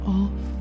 off